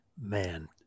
man